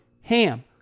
HAM